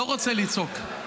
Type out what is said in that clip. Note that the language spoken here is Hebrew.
לא רוצה לצעוק.